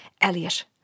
Elliot